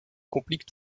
complique